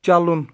چلُن